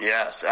Yes